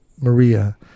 Maria